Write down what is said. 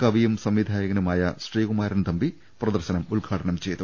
കവിയും സംവിധായകനുമായ ശ്രീകുമാരൻ തമ്പി പ്രദർശനം ഉദ്ഘാ ടനം ചെയ്തു